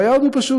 והיעד הוא פשוט,